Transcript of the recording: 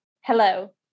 Hello